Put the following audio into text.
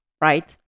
right